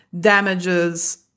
damages